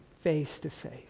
face-to-face